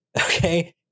okay